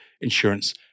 insurance